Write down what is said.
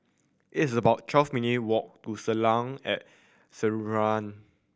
it's about twelve minute' walk to Soleil at Sinaran